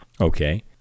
Okay